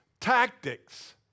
tactics